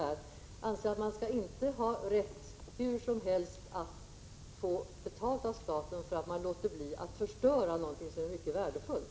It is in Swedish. Jag anser att man inte skall ha rätt att få betalt av staten för att man låter bli att förstöra någonting som är mycket värdefullt.